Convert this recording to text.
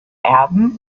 erben